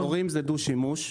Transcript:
הדבורים זה דו שימוש.